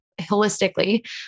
holistically